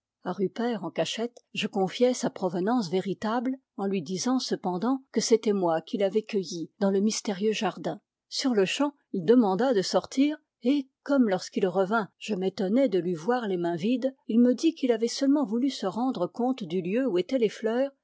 rupert en cachette je confiai sa provenance véritable en lui disant cepen dant que c'était moi qui l'avait cueillie dans le mystérieux jardin sur-le-champ il demanda de sortir et comme lorsqu'il revînt je m'étonnais de lui voir les mains vides il me dit qu'il avait seulement voulu se rendre compte du lieu où étaient les fleurs